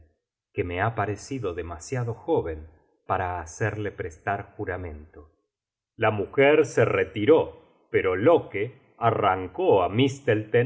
que me ha parecido demasiado jóven para hacerle prestar juramento la mujer se retiró pero loke arrancó á